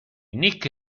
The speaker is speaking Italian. nick